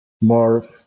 more